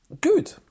Good